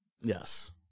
Yes